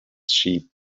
sheep